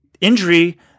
injury